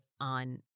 on